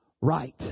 right